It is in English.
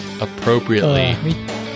appropriately